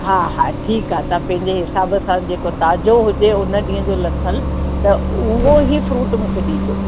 हा हा त ठीक आ तां पैंजे हिसाबु सां जेको ताजो हुजे हुन ॾींअ जो लथलु त उहो ई फ्रूट मुखे ॾिजो